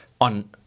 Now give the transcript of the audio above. on